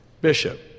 Bishop